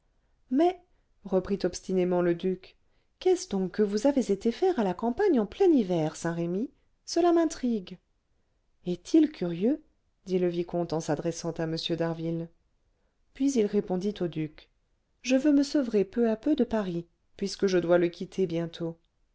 mais reprit obstinément le duc qu'est-ce donc que vous avez été faire à la campagne en plein hiver saint-remy cela m'intrigue est-il curieux dit le vicomte en s'adressant à m d'harville puis il répondit au duc je veux me sevrer peu à peu de paris puisque je dois le quitter bientôt